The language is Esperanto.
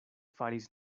faris